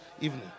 evening